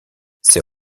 ces